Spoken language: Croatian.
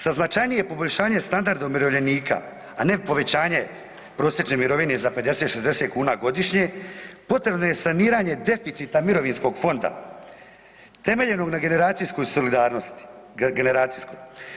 Za značajnije poboljšanje standarda umirovljenika, a ne povećanje prosječne mirovine za 50, 60 kuna godišnje potrebno je saniranje deficita mirovinskog fonda temeljenog na generacijskog solidarnosti, generacijskoj.